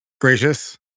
gracious